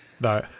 No